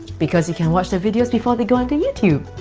because you can watch the videos before they go onto youtube!